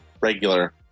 regular